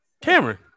Cameron